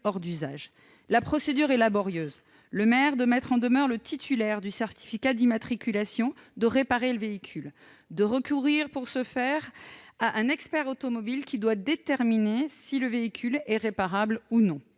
commune. La procédure est laborieuse : le maire doit mettre en demeure le titulaire du certificat d'immatriculation de réparer le véhicule et de recourir pour ce faire à un expert automobile qui doit déterminer si le véhicule est réparable ou non.